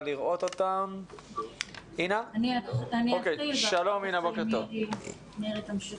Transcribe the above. אני אתחיל ואחר כך מירי תמשיך.